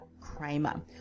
Kramer